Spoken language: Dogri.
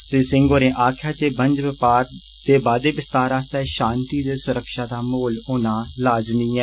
श्री सिंह होरें आक्खेआ बंज बपार दे बाद्दे विस्तार आस्तै षांति ते सुरक्षा दा माहौल लाज़मी ऐ